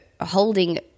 holding